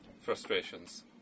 frustrations